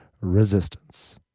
resistance